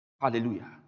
Hallelujah